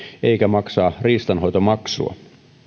eikä maksaa riistanhoitomaksua